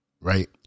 Right